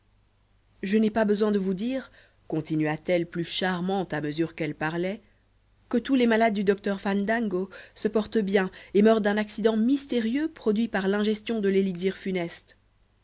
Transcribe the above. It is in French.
je n'ai pas besoin de vous dire continua-t-elle plus charmante à mesure qu'elle parlait que tous les malades du docteur fandango se portent bien et meurent d'un accident mystérieux produit par l'ingestion de l'élixir funeste